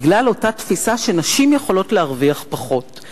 בגלל אותה תפיסה שנשים יכולות לכאורה להרוויח פחות.